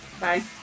Bye